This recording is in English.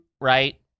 right